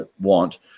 want